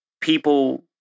people